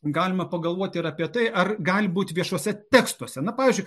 galima pagalvoti ir apie tai ar gali būti viešuose tekstuose na pavyzdžiui